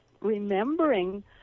remembering